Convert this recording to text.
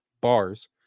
Bars